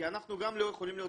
כי אנחנו גם לא יכולים להיות,